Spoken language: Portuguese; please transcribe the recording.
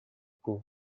por